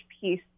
piece